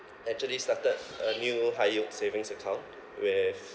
actually started a new high yield savings account with